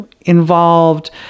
involved